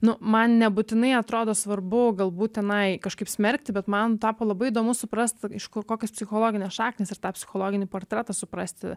nu man nebūtinai atrodo svarbu galbūt tenai kažkaip smerkti bet man tapo labai įdomu suprast iš ko kokios psichologinės šaknys ir tą psichologinį portretą suprasti